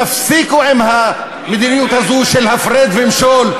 תפסיקו עם המדיניות הזאת של הפרד ומשול,